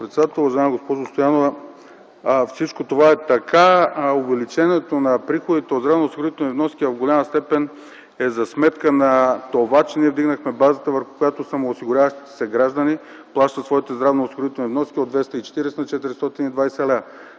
председател. Уважаема госпожо Стоянова, всичко това е така, увеличението на приходите от здравноосигурителни вноски в голяма степен е за сметка на това, че ние вдигнахме базата, върху която самоосигуряващите се граждани плащат своите здравноосигурителни вноски, от 240 на 420 лв.